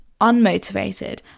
unmotivated